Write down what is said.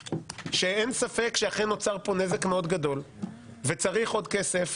שאין ספק שאכן נוצר כאן נזק מאוד גדול וצריך עוד כסף,